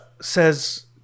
says